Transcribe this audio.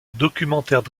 documentaires